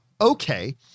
Okay